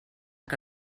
que